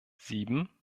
sieben